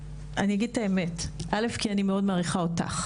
אני אגיד את האמת; אני פה כי אני מאוד מעריכה אותך